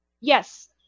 yes